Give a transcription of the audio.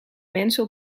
mensen